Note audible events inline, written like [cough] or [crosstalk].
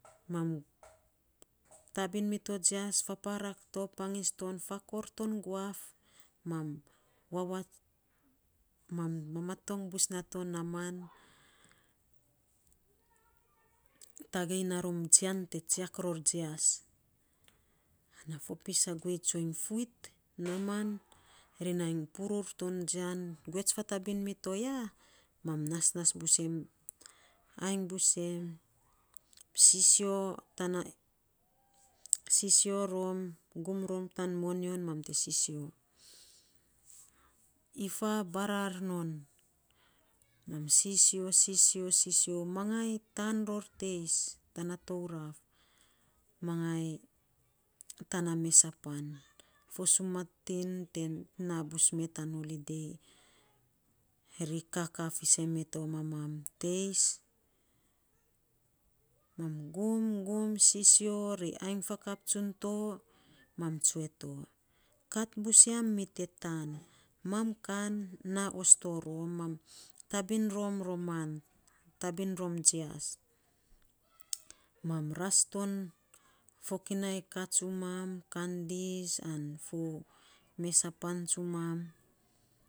Mam tabin mito jias, faparak to pangis to fakor ton guaf mam wawa [unintelligible] mam mamatong bus nato naaman. tagei rom a jian te jiak ror jias ana fopis a guei tsony fuet naaman ri nai purpur to ya govets fatabin mito ya, mam nasnas busen, ainy busem sisio rom, gum rom tan moyon mam te sisio ifa barar non. Mam sisio, sisio, sisio mangai tan ror teis tana tauraf, mangai tana mesa pain, fo sumatin te naa bus mee tan holide. Ri kakaa fisen mito mamam teis, gumgum sisio ri ainy fakao tsun to, ma tsue to kat bus yam mi te taan, mam kan naa osto rom, mam tabin rom roman, tabin rom jias. Man ras ton fokinai, ka tsuam, kandis an mes a pan tsuam.